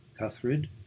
Cuthred